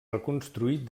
reconstruït